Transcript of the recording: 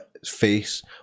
Face